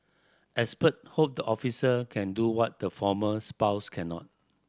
expert hope the officer can do what the former spouse cannot